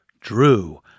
Drew